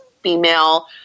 female